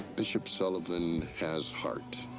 bishop sullivan has heart.